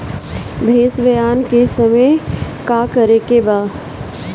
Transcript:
भैंस ब्यान के समय का करेके बा?